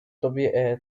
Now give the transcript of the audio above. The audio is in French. tobias